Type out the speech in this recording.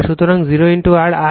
সুতরাং 0 r